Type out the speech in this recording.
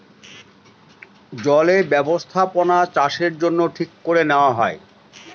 জলে বস্থাপনাচাষের জন্য ঠিক করে নেওয়া হয়